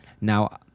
Now